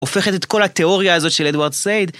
הופכת את כל התיאוריה הזאת של אדוארד סייד.